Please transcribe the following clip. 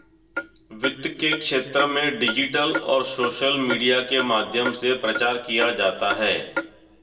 वित्त के क्षेत्र में डिजिटल और सोशल मीडिया के माध्यम से प्रचार किया जाता है